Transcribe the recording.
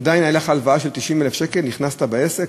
עדיין הייתה לך הלוואה של 90,000 שקל, נכנסת בעסק,